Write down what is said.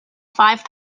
five